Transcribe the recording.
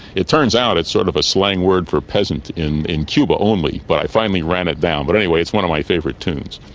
it turns out it's sort of a slang word for peasant in in cuba only, but i finally ran it down. but anyway, it's one of my favourite tunes.